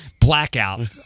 Blackout